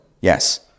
Yes